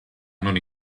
non